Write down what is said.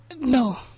No